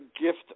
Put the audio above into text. gift